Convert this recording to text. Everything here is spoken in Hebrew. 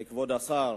כבוד השר,